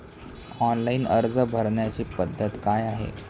Online अर्ज भरण्याची पद्धत काय आहे?